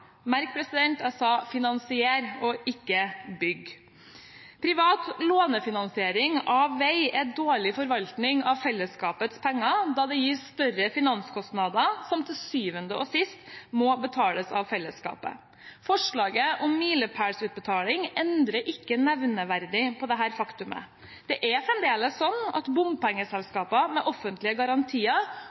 merk at jeg sa «finansiere», ikke «bygge». Privat lånefinansiering av vei er dårlig forvaltning av fellesskapets penger da det gir større finanskostnader, som til syvende og sist må betales av fellesskapet. Forslaget om milepælsutbetaling endrer ikke nevneverdig på dette faktumet. Det er fremdeles sånn at bompengeselskap med offentlige garantier